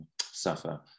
suffer